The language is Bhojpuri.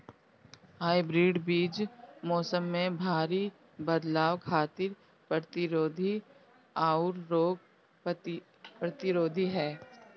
हाइब्रिड बीज मौसम में भारी बदलाव खातिर प्रतिरोधी आउर रोग प्रतिरोधी ह